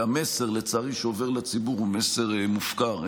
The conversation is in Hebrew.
לצערי, המסר שעובר לציבור הוא מסר מופקר.